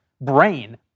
brain